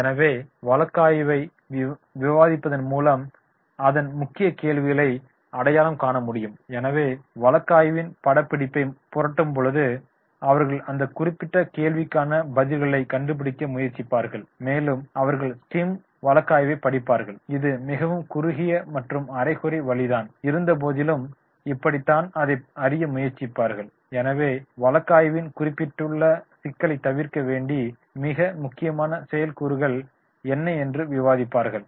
எனவே வழக்காய்வை விவாதிப்பதின் மூலம் அதன் முக்கிய கேள்விகளை அடையாளம் காணமுடியும் எனவே வழக்காய்வின் படப்பிடிப்பை புரட்டும் பொழுது அவர்கள் அந்த குறிப்பிட்ட கேள்விகளுக்கான பதில்களைக் கண்டுபிடிக்க முயற்சிப்பார்கள் பின்னர் அவர்கள் ஸ்கிம் வழக்காய்வை படிப்பார்கள் இது மிகவும் குறுகிய மற்றும் அரைகுறை வழிதான் இருந்தபோதிலும் இப்படித்தான் அதைத் அறிய முயற்சிப்பார்கள் எனவே வழக்காய்வில் குறிப்பிடப்பட்டுள்ள சிக்கலைப் தவிர்க்க வேண்டி மிக முக்கியமான செயற்கூறுகள் என்ன என்று விவாதிக்கப்பார்கள்